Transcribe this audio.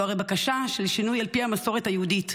זו הרי בקשה של שינוי על פי המסורת היהודית,